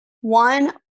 one